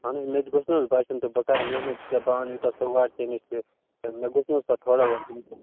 اَہَن حظ مےٚ تہِ گوٚژھ نہٕ حظ بچُن تہِ بہٕ کَرٕ محنت بہٕ اَنہٕ یوٗتاہ سۄگاٹ ژےٚ نِش تہٕ مےٚ گوٚژھ نہَ حظ پتہٕ تھوڑا اورٕ یُن تہِ